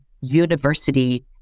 university